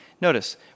Notice